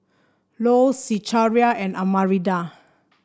Ilo Zechariah and Arminda